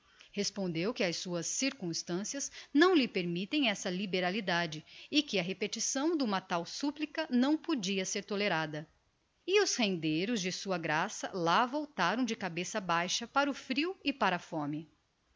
respondeu que as suas circumstancias não lhe permittem essa liberalidade e que a repetição d'uma tal supplica não podia ser tolerada e os rendeiros de sua graça lá voltaram de cabeça baixa para o frio e para a fome